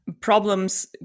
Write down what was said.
problems